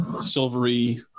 silvery